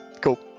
Cool